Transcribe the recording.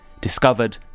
discovered